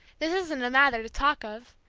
this isn't a matter to talk of,